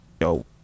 yo